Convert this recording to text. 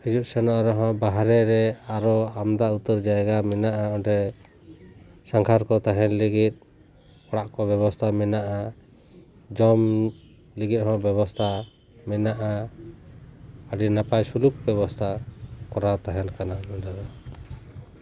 ᱦᱤᱡᱩᱜ ᱥᱮᱱᱚᱜ ᱨᱮᱦᱚᱸ ᱵᱟᱨᱦᱮ ᱨᱮ ᱟᱨᱚ ᱟᱢᱫᱟ ᱩᱛᱟᱹᱨ ᱡᱟᱭᱜᱟ ᱢᱮᱱᱟᱜᱼᱟ ᱚᱸᱰᱮ ᱥᱟᱸᱜᱷᱟᱨ ᱠᱚ ᱛᱟᱦᱮᱱ ᱞᱟᱹᱜᱤᱫ ᱚᱲᱟᱜ ᱠᱚ ᱵᱮᱵᱚᱥᱛᱟ ᱢᱮᱱᱟᱜᱼᱟ ᱡᱚᱢ ᱞᱟᱹᱜᱤᱫ ᱦᱚᱸ ᱵᱮᱵᱚᱥᱛᱟ ᱢᱮᱱᱟᱜᱼᱟ ᱟᱹᱰᱤ ᱱᱟᱯᱟᱭ ᱥᱩᱞᱩᱠ ᱵᱮᱵᱚᱥᱛᱟ ᱠᱚᱨᱟᱣ ᱛᱟᱦᱮᱱ ᱠᱟᱱᱟ ᱱᱚᱸᱰᱮ ᱫᱚ